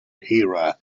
era